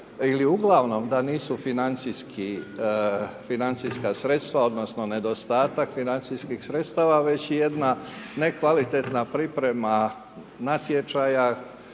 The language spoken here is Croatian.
ili uglavnom da nisu financijska sredstva, odnosno nedostatak financijskih sredstava, već jedna nekvalitetna priprema natječaja